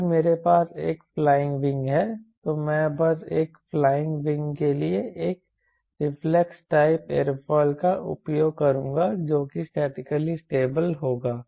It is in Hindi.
अगर मेरे पास एक फ्लाइंग विंग है तो मैं बस एक फ्लाइंग विंग के लिए एक रिफ्लेक्स टाइप एयरोफॉयल का उपयोग करूंगा जो कि स्टैटिकली स्टेबल होगा